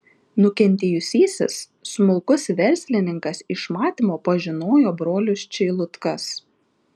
nukentėjusysis smulkus verslininkas iš matymo pažinojo brolius čeilutkas